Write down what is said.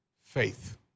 faith